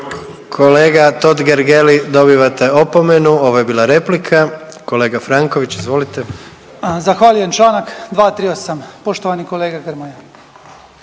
Kolega Totgergeli, dobivate opomenu, ovo je bila replika. Kolega Franković, izolite. **Franković, Mato (HDZ)** Zahvaljujem, čl. 238.. Poštovani kolega Grmoja,